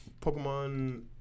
Pokemon